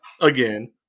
Again